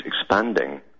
expanding